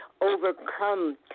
overcome